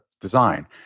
design